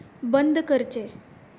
बंद करचें